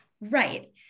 Right